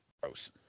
Gross